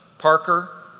parker,